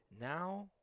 now